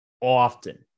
often